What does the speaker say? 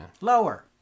Lower